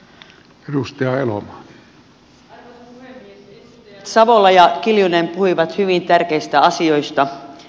edustajat savola ja kiljunen puhuivat hyvin tärkeistä asioista